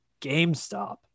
GameStop